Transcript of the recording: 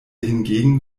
hingegen